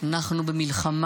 אנחנו במלחמה.